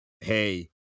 hey